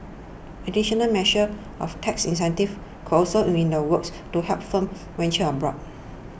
additional measures of tax incentives could also be in the works to help firms venture abroad